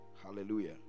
hallelujah